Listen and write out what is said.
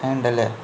ആ ഉണ്ടല്ലേ